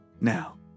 Now